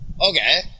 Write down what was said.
okay